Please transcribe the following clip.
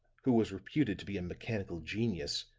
who was reputed to be a mechanical genius,